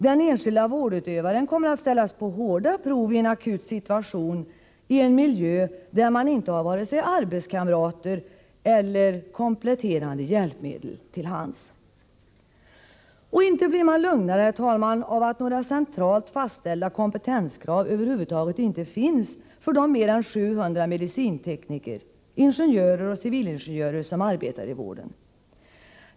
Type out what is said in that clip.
Den enskilda vårdutövaren kommer att ställas på hårda prov i en akut situation i en miljö där man inte har vare sig arbetskamrater eller kompletterande hjälpmedel till hands. Och inte blir man lugnare, herr talman, av att några centralt fastställda kompetenskrav över huvud taget inte finns för de mer än 700 medicintekniker - ingenjörer och civilingenjörer — som arbetar i vården.